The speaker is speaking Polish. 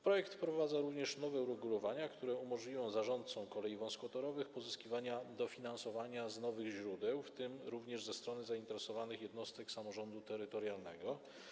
Projekt wprowadza również nowe uregulowania, które umożliwią zarządcom kolei wąskotorowych pozyskiwanie dofinansowania z nowych źródeł, w tym również ze strony zainteresowanych jednostek samorządu terytorialnego.